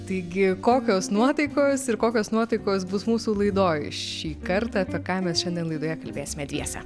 taigi kokios nuotaikos ir kokios nuotaikos bus mūsų laidoj šį kartą apie ką mes šiandien laidoje kalbėsime dviese